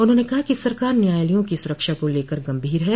उन्होंने कहा कि सरकार न्यायालयों की सुरक्षा को लेकर गंभीर है